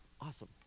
awesome